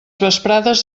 vesprades